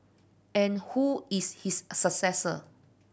and who is his successor